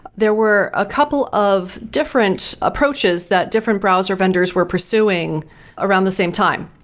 there were a couple of different approaches that different browser vendors were pursuing around the same time.